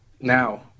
now